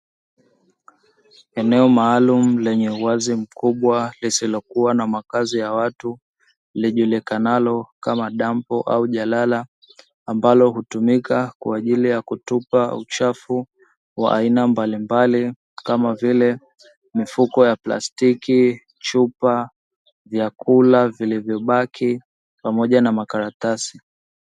Eneo maalumu lenye uwazi mkubwa, lisilokuwa na makazi ya watu lijulikanalo kama dampo au jalala, ambalo hutumika kwa ajili ya kutupa uchafu wa aina mbalimbali, kama vile mifuko ya plastiki, chupa, vyakula vilivyo baking, pamoja na makaratasi.